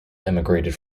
emigrated